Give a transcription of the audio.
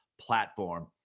platform